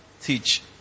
teach